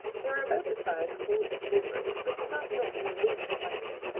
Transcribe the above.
they were about the size of winsome bluebird, but did not look in the least like him,